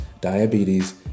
diabetes